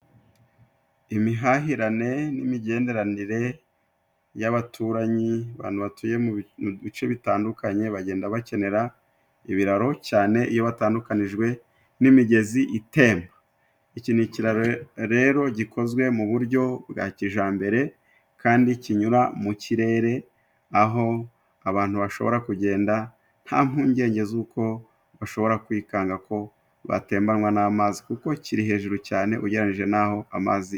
Imihahirane n'imigenderanire y'abaturanyi, abantu batuye mu bice bitandukanye bagenda bakenera ibiraro cyane iyo batandukanijwe n'imigezi itemba. Iki ni ikiraro rero gikozwe mu buryo bwa kijambere kandi kinyura mu kirere, aho abantu bashobora kugenda nta mpungenge z'uko bashobora kwikanga ko batembanywa n'amazi, kuko kiri hejuru cyane ugereranyije n'aho amazi ari.